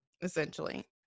essentially